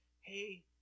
Hey